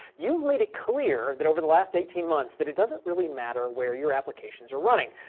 you've made it clear that over the last eighteen months that it doesn't really matter where your applications are running.